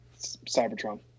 Cybertron